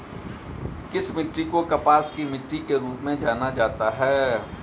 किस मिट्टी को कपास की मिट्टी के रूप में जाना जाता है?